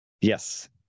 Yes